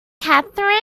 catherine